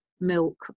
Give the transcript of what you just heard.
milk